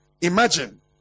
imagine